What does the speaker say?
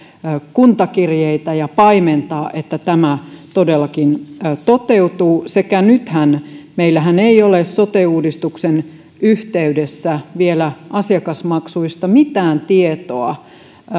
kuntakirjeitä ja paimentaa että tämä todellakin toteutuu ja nythän meillä ei ole sote uudistuksen yhteydessä vielä asiakasmaksuista mitään tietoa